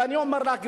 ואני אומר לך,